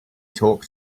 talk